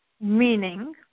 Meaning